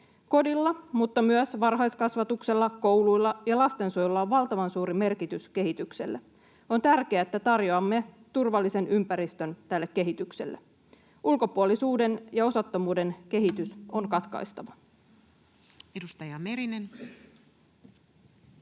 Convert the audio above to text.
Kodilla mutta myös varhaiskasvatuksella, koululla ja lastensuojelulla on valtavan suuri merkitys kehitykselle. On tärkeää, että tarjoamme turvallisen ympäristön tälle kehitykselle. Ulkopuolisuuden ja osattomuuden kehitys on katkaistava. [Speech